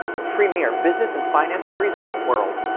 the premier business and finance series in the world.